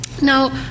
Now